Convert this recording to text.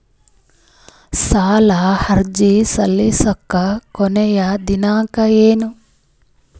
ಸಾಲ ಅರ್ಜಿ ಸಲ್ಲಿಸಲಿಕ ಕೊನಿ ದಿನಾಂಕ ಏನು?